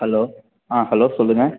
hello ஆ hello சொல்லுங்கள்